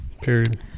Period